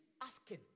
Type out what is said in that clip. asking